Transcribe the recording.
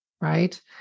right